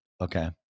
Okay